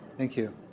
thank you.